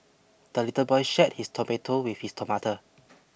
the little boy shared his tomato with his tomato